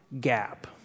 gap